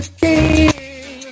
king